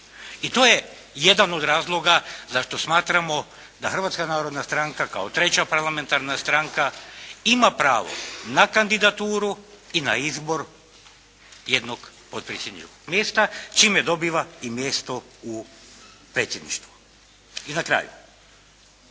I to je jedan od razloga za što smatramo da Hrvatska narodna stranka kao treća parlamentarna stranka ima pravo na kandidaturu i na izbor jednog potpredsjedničkog mjesta čime dobiva i mjesto u predsjedništvu. I na kraju,